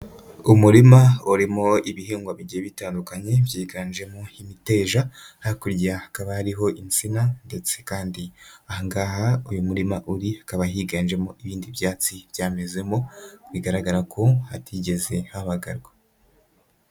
Umurima urimo ibihingwa bigiye bitandukanye byiganjemo imiteja, hakurya hakaba hariho insina ndetse kandi aha ngaha uyu murima uri hakaba higanjemo ibindi byatsi byamezemo bigaragara ko hatigeze habagarwa.